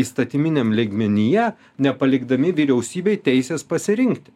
įstatyminiam lygmenyje nepalikdami vyriausybei teisės pasirinkti